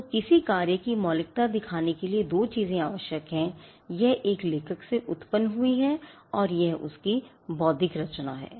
तो किसी कार्य की मौलिकता दिखाने के लिए दो चीज़ें आवश्यक हैं यह एक लेखक से उत्पन्न हुई हैं और यह उसकी बौद्धिक रचना है